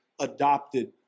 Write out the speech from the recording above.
adopted